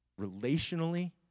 relationally